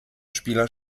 spieler